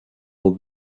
aux